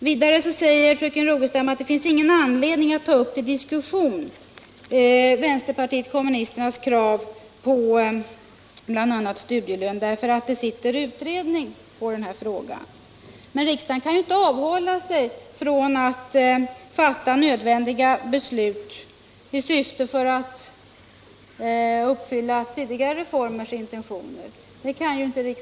Vidare säger fröken Rogestam att det inte finns någon anledning att ta upp till diskussion västerpartiet kommunisternas krav på bl.a. studielön därför att en utredning arbetar med denna fråga. Men riksdagen kan ju inte rimligen avhålla sig från att fatta nödvändiga beslut i syfte att uppfylla tidigare reformers intentioner.